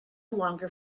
longer